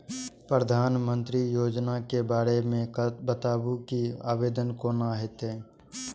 प्रधानमंत्री योजना के बारे मे बताबु की आवेदन कोना हेतै?